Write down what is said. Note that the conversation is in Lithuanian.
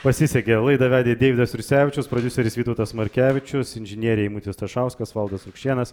pasisekė laidą vedė deividas jursevičius prodiuseris vytautas markevičius inžinieriai eimutis stašauskas valdas rukšėnas